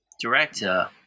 director